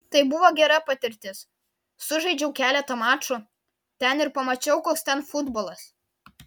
tai buvo gera patirtis sužaidžiau keletą mačų ten ir pamačiau koks ten futbolas